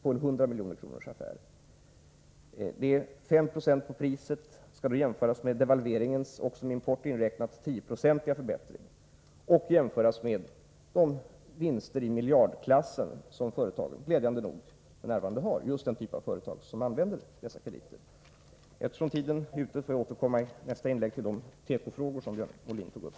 Dessa 590 på priset skall då jämföras med devalveringens — också med importen inräknad -— 10-procentiga förbättring och med de vinster i miljardklassen som den typ av företag som använder dessa krediter glädjande nog gör f.n. Eftersom min taletid är ute, får jag i nästa inlägg återkomma till de teko-frågor som Björn Molin tog upp.